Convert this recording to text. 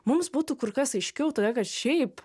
mums būtų kur kas aiškiau todėl kad šiaip